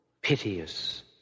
piteous